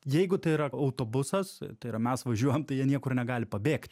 jeigu tai yra autobusas tai yra mes važiuojam tai jie niekur negali pabėgti